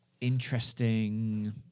interesting